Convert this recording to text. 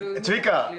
צביקה,